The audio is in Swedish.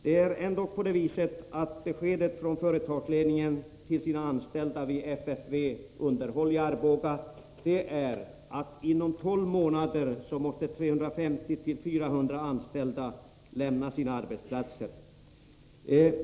Arboga innebär att 350-400 anställda inom tolv månader måste lämna sina arbetsplatser.